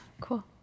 cool